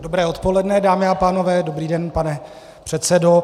Dobré odpoledne, dámy a pánové, dobrý den, pane předsedo.